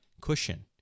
cushion